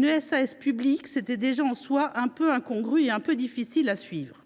une SAS publique était une solution quelque peu incongrue et difficile à suivre…